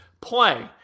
Play